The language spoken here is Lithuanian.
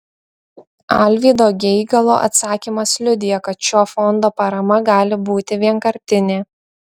alvydo geigalo atsakymas liudija kad šio fondo parama gali būti vienkartinė